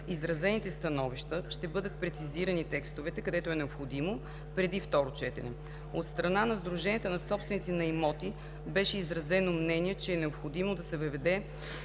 изразените становища, ще бъдат прецизирани текстовете, където е необходимо, преди второ четене. От страна на сдруженията на собственици на имоти беше изразено мнение, че е необходимо да се въведе